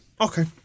Okay